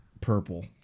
purple